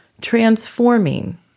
transforming